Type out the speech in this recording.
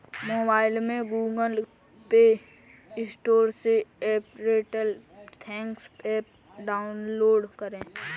mobile में Google Play Store से Airtel thanks app download करें